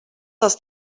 dels